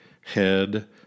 head